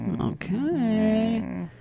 Okay